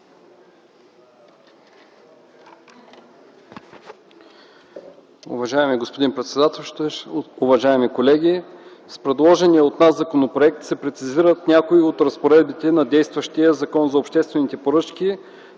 Уважаеми господин председател, уважаеми колеги! С предложения от нас законопроект се прецизират някои от разпоредбите на действащия Закон за обществените поръчки